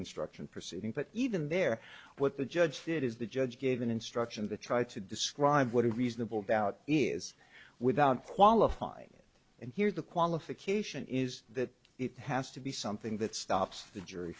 instruction proceeding but even there what the judge did is the judge gave an instruction to try to describe what is reasonable doubt is without qualifying and here's the qualification is that it has to be something that stops the jury